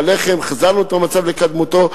בלחם החזרנו את המצב לקדמותו.